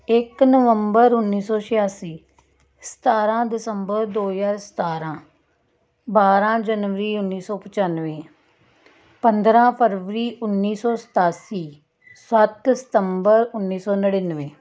ਇੱਕ ਨਵੰਬਰ ਉੱਨੀ ਸੌ ਛਿਆਸੀ ਸਤਾਰਾਂ ਦਸੰਬਰ ਦੋ ਹਜ਼ਾਰ ਸਤਾਰਾਂ ਬਾਰਾਂ ਜਨਵਰੀ ਉੱਨੀ ਸੌ ਪਚਾਨਵੇਂ ਪੰਦਰਾਂ ਫਰਵਰੀ ਉੱਨੀ ਸੌ ਸਤਾਸੀ ਸੱਤ ਸਤੰਬਰ ਉੱਨੀ ਸੌ ਨੜ੍ਹਿਨਵੇਂ